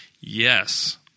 Yes